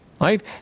right